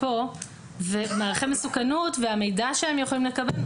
הערכת מסוכנות והמידע שהם יכולים לקבל,